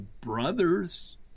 brothers